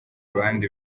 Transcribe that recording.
abandi